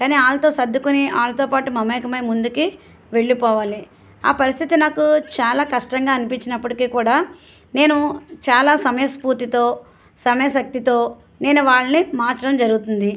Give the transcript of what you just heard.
కానీ వాళ్ళతో సర్దుకుని వాళ్ళతో పాటు మమేకమై ముందుకి వెళ్ళిపోవాలి ఆ పరిస్థితి నాకు చాలా కష్టంగా అనిపించినప్పటికీ కూడా నేను చాలా సమయస్ఫూర్తితో సమయశక్తితో నేను వాళ్ళని మార్చడం జరుగుతుంది